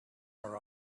her